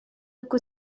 kut